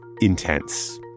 intense